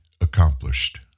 accomplished